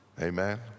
Amen